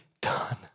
done